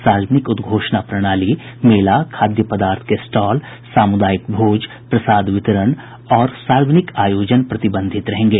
सार्वजनिक उद्घोषणा प्रणाली मेला खाद्य पदार्थ के स्टॉल सामुदायिक भोज प्रसाद वितरण और सार्वजनिक आयोजन प्रतिबंधित रहेंगे